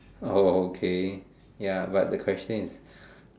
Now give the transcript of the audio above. oh okay ya but the question is